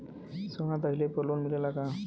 सोना दहिले पर लोन मिलल का?